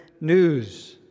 news